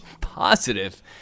Positive